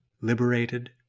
liberated